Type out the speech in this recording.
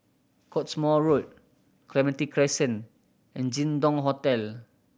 Cottesmore Road Clementi Crescent and Jin Dong Hotel